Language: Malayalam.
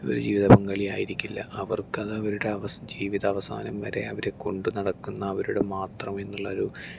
ഒരു ജീവിതപങ്കാളി ആയിരിക്കില്ല അവർക്കത് അവരുടെ അവസ് ജീവിതാവസാനം വരെ അവർ കൊണ്ട് നടക്കുന്ന അവരുടെ മാത്രം എന്നുള്ളൊരു